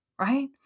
Right